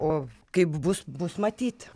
o kaip bus bus matyt